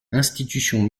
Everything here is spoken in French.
institutions